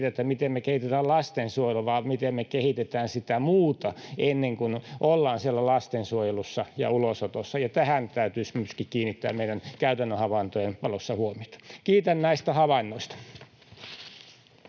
miten me kehitetään lastensuojelua, vaan siitä, miten me kehitetään muuta ennen kuin ollaan siellä lastensuojelussa ja ulosotossa. Tähän täytyisi myöskin kiinnittää meidän käytännön havaintojen valossa huomiota. Kiitän näistä havainnoista.